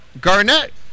Garnett